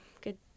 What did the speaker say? Good